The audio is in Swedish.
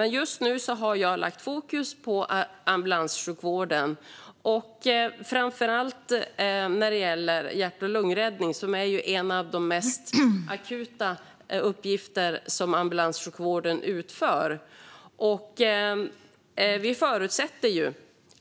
Men just nu har jag lagt fokus på ambulanssjukvården, framför allt när det gäller hjärt och lungräddning som ju är en av de mest akuta uppgifter som ambulanssjukvården utför. Vi förutsätter